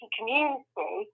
community